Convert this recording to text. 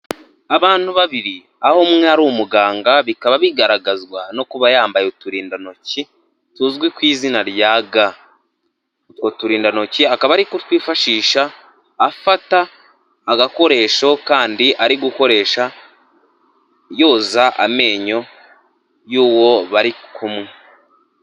Abantu babiri, aho umwe ari umuganga, bikaba bigaragazwa no kuba yambaye uturindantoki tuzwi ku izina rya ga, utwo turindantoki akaba ari kutwifashisha afata agakoresho kandi, ari gukoresha yoza amenyo y'uwo bari kumwe.